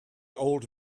old